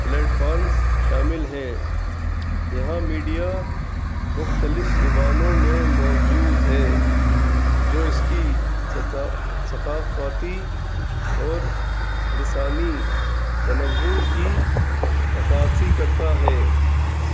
platforms شامل ہیں یہاں میڈیا مختلف زبانوں میں موجود ہے جو اس کی ثقافاتی اور لسانی تنوع کی عکاسی کرتا ہے